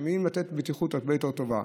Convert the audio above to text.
כשבאים לתת בטיחות הרבה יותר טובה,